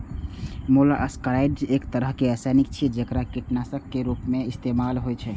molluscicides एक तरहक रसायन छियै, जेकरा कीटनाशक के रूप मे इस्तेमाल होइ छै